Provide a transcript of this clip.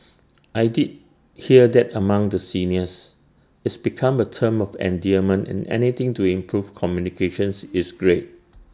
I did hear that among the seniors it's become A term of endearment and anything to improve communications is great